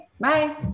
bye